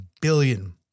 billion